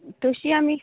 तशीं आमी